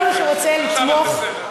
כל מי שרוצה לתמוך,